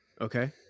Okay